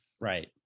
Right